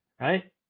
right